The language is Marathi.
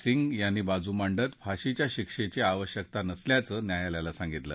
सिंग यांनी बाजू मांडत फाशीच्या शिक्षेची आवश्यकता नसल्याचं न्यायालयाला सांगितलं